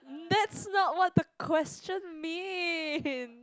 that's not what the question means